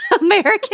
American